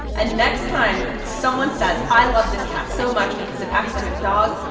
ah next time someone says i love this cat so much because it acts like a dog,